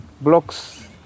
blocks